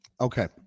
okay